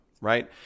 Right